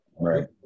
Right